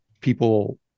people